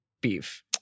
beef